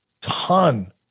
ton